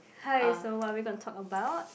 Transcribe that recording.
hi so what are we going to talk about